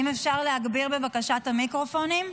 אם אפשר להגביר בבקשה את המיקרופונים,